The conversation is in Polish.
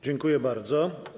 Dziękuję bardzo.